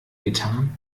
getan